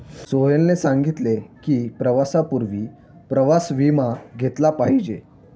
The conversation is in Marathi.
सोहेलने सांगितले की, प्रवासापूर्वी प्रवास विमा घेतला पाहिजे